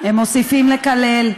הם מוסיפים לקלל,